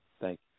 Thank